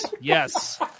yes